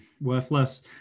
worthless